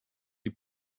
die